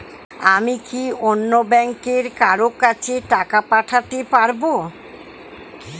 আমি কি অন্য ব্যাংকের কারো কাছে টাকা পাঠাতে পারেব?